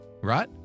right